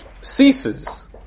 ceases